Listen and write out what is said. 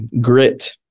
grit